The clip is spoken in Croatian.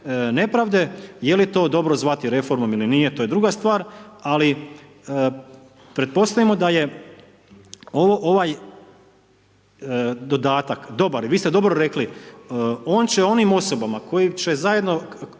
je li to dobro zvati reformom ili nije to je druga stvar ali pretpostavimo da je ovaj dodatak dobar i vi ste dobro rekli on će onim osobama koje će zajedno